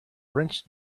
wrenched